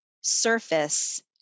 surface